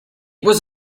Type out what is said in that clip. was